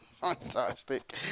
Fantastic